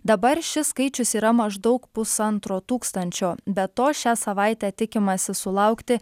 dabar šis skaičius yra maždaug pusantro tūkstančio be to šią savaitę tikimasi sulaukti